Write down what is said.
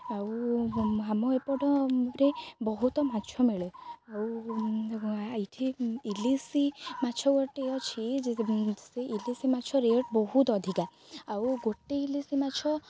ଆଉ ଆମ ଏପଟରେ ବହୁତ ମାଛ ମିଳେ ଆଉ ଏଇଠି ଇଲିଶି ମାଛ ଗୋଟେ ଅଛି ସେ ଇଲିଶି ମାଛ ରେଟ୍ ବହୁତ ଅଧିକା ଆଉ ଗୋଟେ ଇଲିଶି ମାଛ